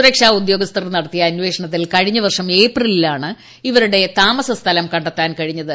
സുരക്ഷാ ഉദ്യോഗസ്ഥർ നടത്തിയ അന്വേഷണത്തിൽ കഴിഞ്ഞ വർഷം ഏപ്രിലിലാണ് ഇവരുടെ താമസസ്ഥലം കണ്ടെത്താൻ കഴിഞ്ഞത്